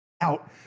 out